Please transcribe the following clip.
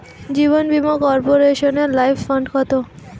জীবন বীমা কর্পোরেশনের life fund কত?